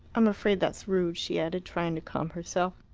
i'm afraid that's rude, she added, trying to calm herself.